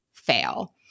fail